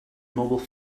mobile